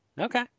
Okay